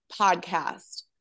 podcast